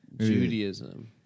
Judaism